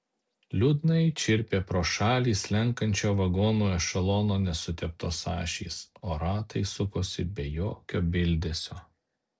liūdnai čirpė pro šalį slenkančio vagonų ešelono nesuteptos ašys o ratai sukosi be jokio bildesio